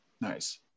nice